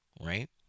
Right